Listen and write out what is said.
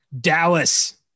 Dallas